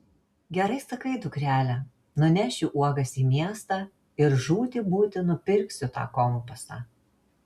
gerai sakau dukrele nunešiu uogas į miestą ir žūti būti nupirksiu tą kompasą